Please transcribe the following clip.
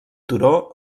turó